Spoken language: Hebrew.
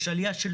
יש עלייה של